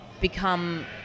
become